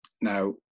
now